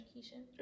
education